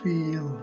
Feel